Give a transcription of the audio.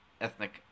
ethnic